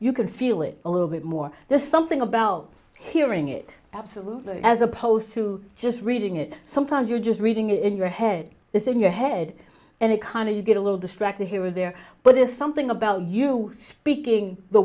you can feel it a little bit more there's something about hearing it absolutely as opposed to just reading it sometimes you're just reading it in your head is in your head and it kind of you get a little distracted here or there but there's something about you speaking the